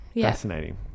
fascinating